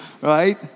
right